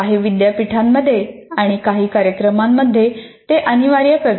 काही विद्यापीठांमध्ये आणि काही कार्यक्रमांमध्ये ते अनिवार्य करतात